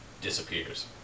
disappears